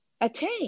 attain